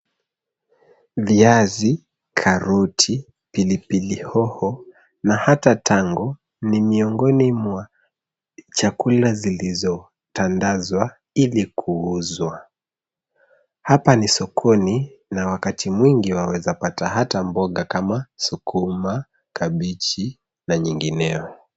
Viazi, karoti, pilipili hoho na hata tango, ni miongoni mwa chakula zilizotandazwa, ili kuuzwa. Hapa ni sokoni na wakati mwingi waweza pata mboga hata kama sukuma, kabichi na nyingineyo.